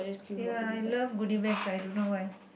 ya I love goodie bags I don't know why